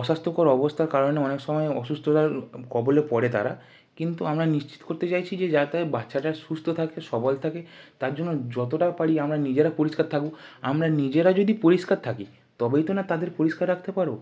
অস্বাস্থ্যকর অবস্থার কারণে অনেক সময় অসুস্থতার কবলে পড়ে তারা কিন্তু আমরা নিশ্চিত করতে চাইছি যে যাতে বাচ্চাটা সুস্থ থাকে সবল থাকে তার জন্য যতটা পারি আমরা নিজেরা পরিষ্কার থাকব আমরা নিজেরা যদি পরিষ্কার থাকি তবেই তো না তাদের পরিষ্কার রাখতে পারব